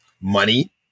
money